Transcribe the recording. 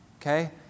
Okay